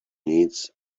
needs